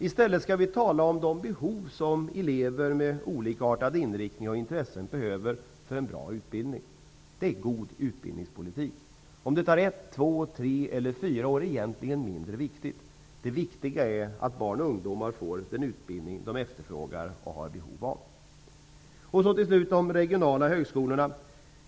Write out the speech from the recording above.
I stället skall vi tala om de behov som elever med olikartad inriktning och olika intressen har av en bra utbildning. Det är god utbildningspolitik. Om det tar ett, två, tre eller fyra år är egentligen mindre viktigt. Det viktiga är att barn och ungdomar får den utbildning de efterfrågar och har behov av. Så till slut om de regionala högskolorna.